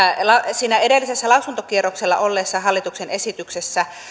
siinä edellisessä lausuntokierroksella olleessa hallituksen esityksessä